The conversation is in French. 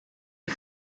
est